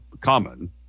common